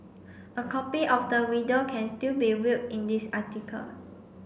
a copy of the video can still be viewed in this article